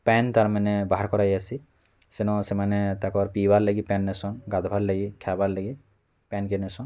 ପାନ୍ ତା'ର୍ ମାନେ ବାହାର୍ କରା ଯାଇସି ସେନ୍ ସେମାନେ ତାକର୍ ପିଇବାର୍ ଲାଗି ପାନ୍ ଆସ ଗାଧବାର୍ ଲାଗି ଖାଇବାର୍ ଲାଗି ପାନ୍ କିନସ୍